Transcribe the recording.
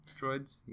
droids